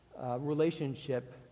relationship